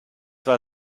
war